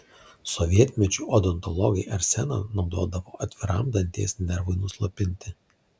sovietmečiu odontologai arseną naudodavo atviram danties nervui nuslopinti